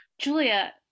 julia